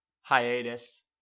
hiatus